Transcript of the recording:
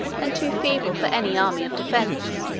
and too feeble for any army of defence.